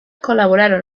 colaboraron